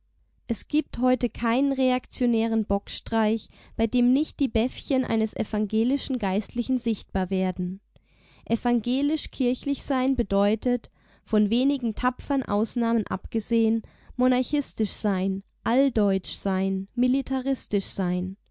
es gibt heute keinen reaktionären bockstreich bei dem nicht die bäffchen eines evangelischen geistlichen sichtbar werden evangelisch kirchlich sein bedeutet von wenigen tapfern ausnahmen abgesehen monarchistisch sein alldeutsch sein militaristisch sein